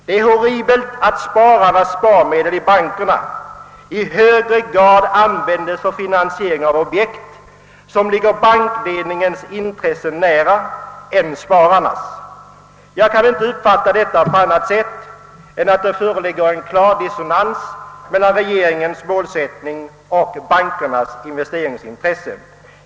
Det är horribelt att spararnas medel i bankerna i högre grad används för finansiering av objekt som ligger närmare bankledningens intressen än spararnas. Jag kan inte uppfatta detta på annat sätt än att det föreligger en klar dissonans mellan regeringens målsättning och bankernas investeringsintresse.